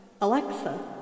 Alexa